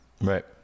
Right